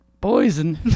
Poison